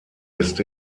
ist